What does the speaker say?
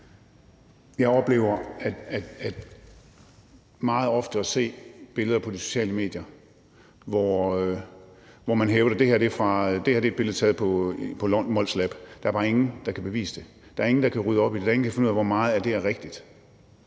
Jeg oplever meget ofte at se billeder på de sociale medier, hvor man hævder, at det her er et billede taget på Molslab. Der er bare ingen, der kan bevise det. Der er ingen, der kan rydde op i det. Der er ingen, der kan finde ud af, hvor meget af det der er rigtigt.